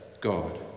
God